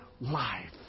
life